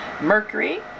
Mercury